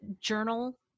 journal